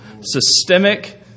Systemic